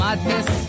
Madness